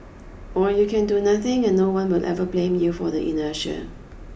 or you can do nothing and no one will ever blame you for the inertia